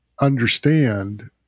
understand